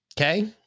Okay